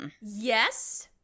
Yes